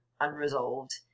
unresolved